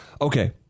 Okay